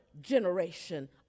generation